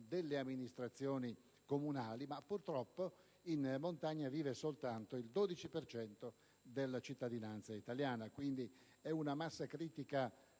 delle amministrazioni comunali; ma purtroppo in montagna vive soltanto il 12 per cento della cittadinanza italiana, quindi è una massa critica